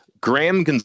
Graham